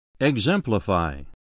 Exemplify